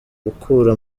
gukura